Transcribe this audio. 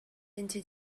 into